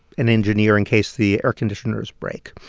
an engineer, in case the air conditioners break.